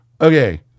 Okay